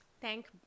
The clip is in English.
thank